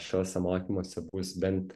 šiuose mokymuose bus bent